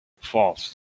False